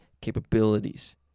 capabilities